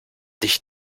dich